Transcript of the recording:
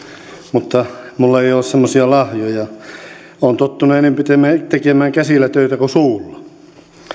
mutta minulla ei ei ole semmoisia lahjoja olen tottunut enempi tekemään käsillä töitä kuin suulla